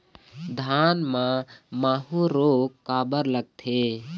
धान म माहू रोग काबर लगथे?